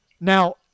Now